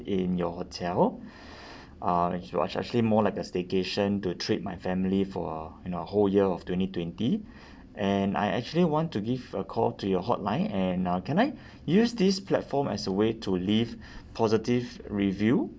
in your hotel uh it was actually more like a staycation to treat my family for a you know a whole year of twenty twenty and I actually want to give a call to your hotline and uh can I use this platform as a way to leave positive review